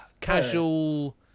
casual